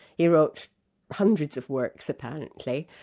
he wrote hundreds of works apparently,